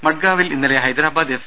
മഡ്ഗാവിൽ ഇന്നലെ ഹൈദരബാദ് എഫ്